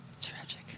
Tragic